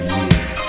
years